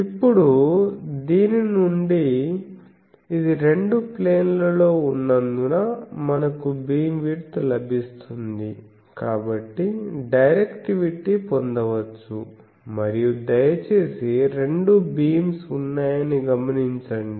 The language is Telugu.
ఇప్పుడు దీని నుండి ఇది రెండు ప్లేన్ లలో ఉన్నందున మనకు బీమ్విడ్త్ లభిస్తుంది కాబట్టి డైరెక్టివిటీ పొందవచ్చు మరియు దయచేసి రెండు బీమ్స్ ఉన్నాయని గమనించండి